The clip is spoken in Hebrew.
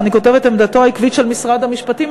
ואני כותבת: עמדתו העקבית של משרד המשפטים.